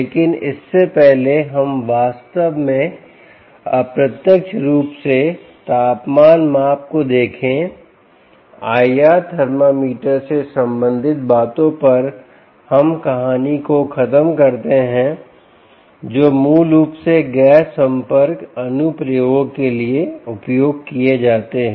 लेकिन इससे पहले हम वास्तव में अप्रत्यक्ष रूप से तापमान माप को देखें IR थर्मामीटर से संबंधित बातों पर हम कहानी को खत्म करते है जो मूल रूप से गैर संपर्क अनुप्रयोगों के लिए उपयोग किए जाते हैं